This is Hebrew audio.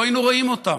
לא היינו רואים אותם.